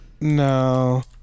No